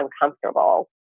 uncomfortable